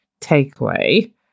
takeaway